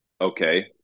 okay